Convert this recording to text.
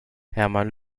herrmann